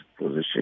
position